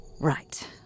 Right